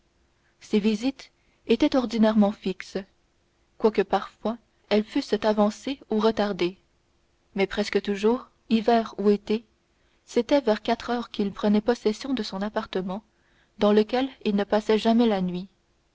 ses visites étaient ordinairement fixes quoique parfois elles fussent avancées ou retardées mais presque toujours hiver ou été c'était vers quatre heures qu'il prenait possession de son appartement dans lequel il ne passait jamais la nuit